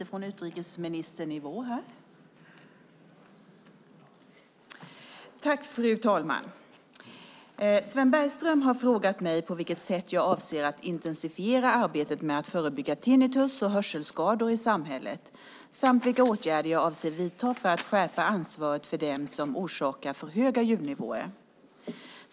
Fru talman! Sven Bergström har frågat mig på vilket sätt jag avser att intensifiera arbetet med att förebygga tinnitus och hörselskador i samhället samt vilka åtgärder jag avser att vidta för att skärpa ansvaret för dem som orsakar för höga ljudnivåer.